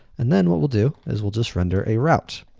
and then what we'll do is we'll just render a route.